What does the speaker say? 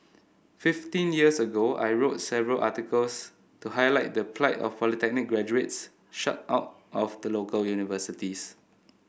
fifteen years ago I wrote several articles to highlight the plight of polytechnic graduates shut out of the local universities